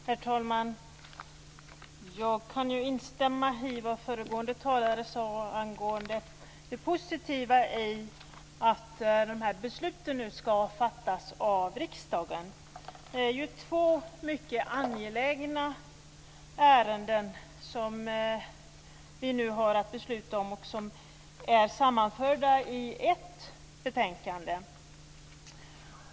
Herr talman! Jag kan instämma i vad föregående talare sade angående det positiva i att dessa beslut nu skall fattas av riksdagen. Det är två mycket angelägna ärenden vi nu har att besluta om, som är sammanförda i ett betänkande.